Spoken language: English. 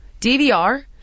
DVR